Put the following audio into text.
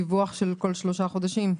דיווח של כל שלושה חודשים.